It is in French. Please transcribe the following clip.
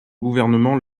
gouvernement